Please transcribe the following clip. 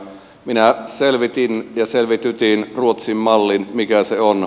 minä selvitin ja selvitytin ruotsin mallin mikä se on